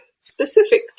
specific